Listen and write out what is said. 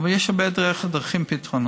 אבל יש הרבה דרכים לפתרונות.